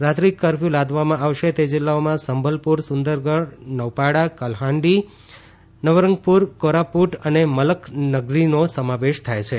રાત્રી કરફયુ લાદવામાં આવશે તે જિલ્લાઓમાં સંભલપુર સુંદરગઢ નૌપાડા કલહાંડી નવરંગપુર કોરાપૂટ અને મલકનગીરીનો સમાવેશ થાય છે